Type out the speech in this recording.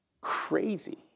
Crazy